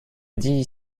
dit